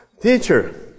Teacher